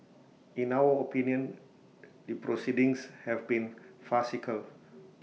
in our opinion the proceedings have been farcical